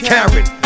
Karen